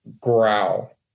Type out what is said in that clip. growl